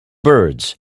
birds